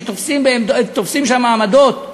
שתופסים שם עמדות,